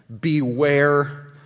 beware